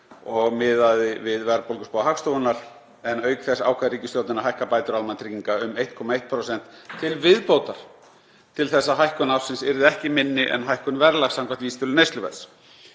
var miðað við verðbólguspá Hagstofunnar, en auk þess ákvað ríkisstjórnin að hækka bætur almannatrygginga um 1,1% til viðbótar til að hækkun ársins yrði ekki minni en hækkun verðlags samkvæmt vísitölu neysluverðs.